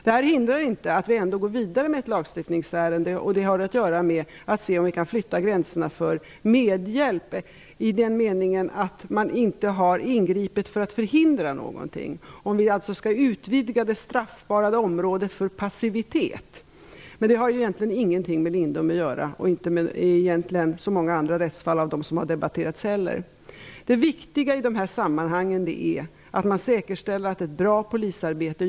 Detta hindrar inte att vi ändå går vidare med ett lagstiftningsärende, och det har att göra med om vi kan flytta gränserna för medhjälp till att omfatta underlåtelse att ingripa för att förhindra någonting. Skall vi alltså utvidga det straffbara området för passivitet? Det har egentligen ingenting med Lindomefallet att göra och inte heller med så många av de andra rättsfall som har debatterats. Det viktiga i de här sammanhangen är att man säkerställer att det görs ett bra polisarbete.